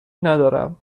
ندارم